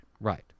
Right